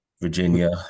Virginia